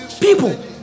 People